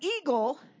eagle